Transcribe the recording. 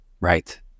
Right